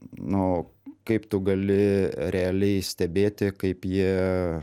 nu kaip tu gali realiai stebėti kaip jie